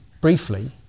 briefly